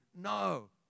No